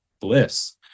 bliss